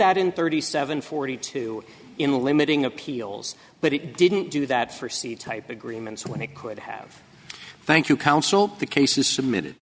that in thirty seven forty two in limiting appeals but it didn't do that for c type agreements when it could have thank you counsel the case is submitted